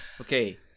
Okay